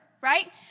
right